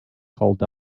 called